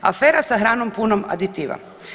Afera sa hranom punom aditiva.